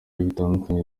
bitandukanye